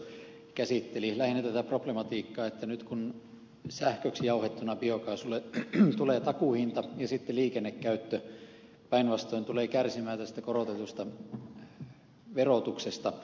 lähinnä totean liittyen tähän problematiikkaan että nyt kun sähköksi jauhettuna biokaasulle tulee takuuhinta ja sitten liikennekäyttö päinvastoin tulee kärsimään tästä korotetusta verotuksesta niin tuo ed